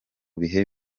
bihe